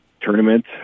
tournament